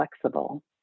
flexible